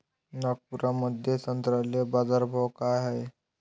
नागपुरामंदी संत्र्याले बाजारभाव काय हाय?